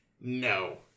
No